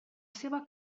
seva